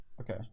Okay